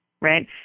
right